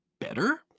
better